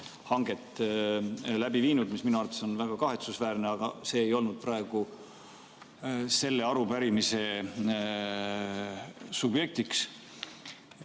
hanget läbi viinud. See on minu arvates väga kahetsusväärne, aga see ei olnud praegu selle arupärimise subjekt.